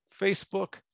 Facebook